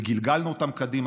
וגלגלנו אותן קדימה,